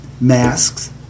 masks